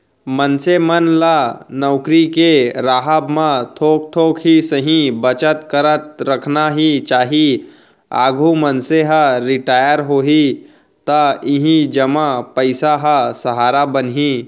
मनसे मन ल नउकरी के राहब म थोक थोक ही सही बचत करत रखना ही चाही, आघु मनसे ह रिटायर होही त इही जमा पइसा ह सहारा बनही